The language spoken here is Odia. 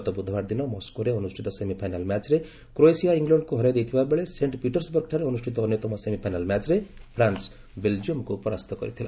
ଗତ ବୁଧବାର ଦିନ ମସ୍କୋରେ ଅନୁଷ୍ଠିତ ସେମିଫାଇନାଲ ମ୍ୟାଚ୍ରେ କ୍ରୋଏସିୟା ଇଂଲଣ୍ଡକୁ ହରାଇ ଦେଇଥିବାବେଳେ ସେଣ୍ଟ ପିର୍ସବର୍ଗଠାରେ ଅନୁଷ୍ଠିତ ଅନ୍ୟତମ ସେମିଫାଇନାଲ ମ୍ୟାଚ୍ରେ ଫ୍ରାନ୍ନ ବେଲ୍ଜିୟମକୁ ପରାସ୍ତ କରିଥିଲା